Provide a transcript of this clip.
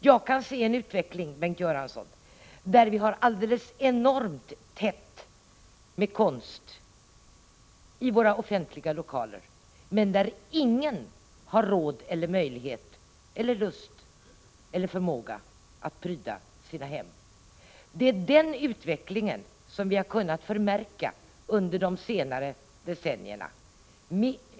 Jag kan se en utveckling, Bengt Göransson, som innebär att det är enormt tätt med konst i de offentliga lokalerna men att ingen har råd, möjlighet, lust eller förmåga att pryda sina hem. Det är den utvecklingen som vi har kunnat förmärka under de senare decennierna.